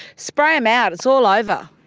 spray em out, it's all over.